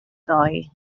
ddoe